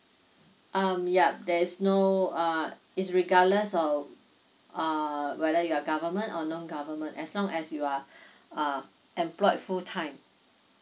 um yup there's no uh it's regardless of err whether you're government or non government as long as you are uh employed full time